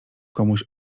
komuś